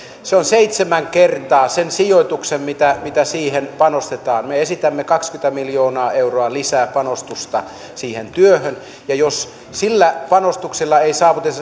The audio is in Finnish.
se on seitsemän kertaa se sijoitus mitä mitä siihen panostetaan me esitämme kaksikymmentä miljoonaa euroa lisää panostusta siihen työhön ja jos sillä panostuksella ei saavuteta